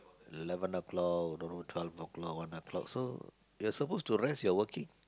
eleven o'clock don't know twelve o'clock one o'clock so you are supposed to rest you are working